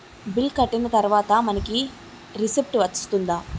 Bill కట్టిన తర్వాత మనకి రిసీప్ట్ వస్తుందా?